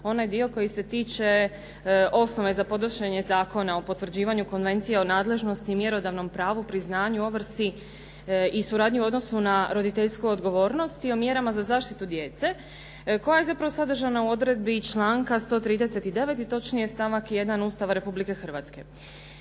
onaj dio koji se tiče osnova za podnošenje Zakona o potvrđivanju Konvencije o nadležnosti mjerodavnom pravu, priznanju, ovrsi i suradnji u odnosu na roditeljsku odgovornost i o mjerama za zaštitu djece koja je zapravo sadržana u odredbi članka 139. i točnije stavak 1. Ustava Republike Hrvatske.